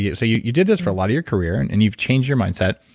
yeah so you did this for a lot of your career and and you've changed your mindset.